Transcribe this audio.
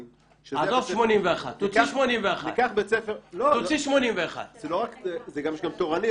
--- עזוב 81. תוציא 81. יש גם תורני,